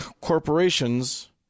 corporations